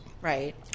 Right